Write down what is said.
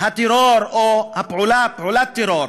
הטרור או הפעולה, פעולת הטרור?